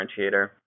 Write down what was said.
differentiator